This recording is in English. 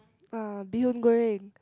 uh bee-hoongoreng